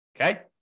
Okay